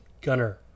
Gunner